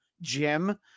Jim